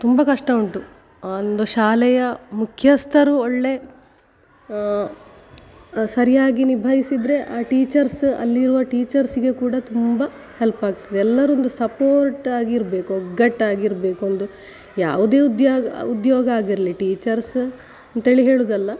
ತುಂಬ ಕಷ್ಟ ಉಂಟು ಒಂದು ಶಾಲೆಯ ಮುಖ್ಯಸ್ಥರು ಒಳ್ಳೆಯ ಸರಿಯಾಗಿ ನಿಭಾಯಿಸಿದರೆ ಆ ಟೀಚರ್ಸ್ ಅಲ್ಲಿರುವ ಟೀಚರ್ಸಿಗೆ ಕೂಡ ತುಂಬ ಹೆಲ್ಪ್ ಆಗ್ತದೆ ಎಲ್ಲರೂ ಒಂದು ಸಪೋರ್ಟ್ ಆಗಿ ಇರಬೇಕು ಒಗ್ಗಟ್ಟಾಗಿರಬೇಕು ಒಂದು ಯಾವುದೇ ಉದ್ಯಾಗ್ ಉದ್ಯೋಗ ಆಗಿರಲಿ ಟೀಚರ್ಸ್ ಅಂತ್ಹೇಳಿ ಹೇಳುವುದಲ್ಲ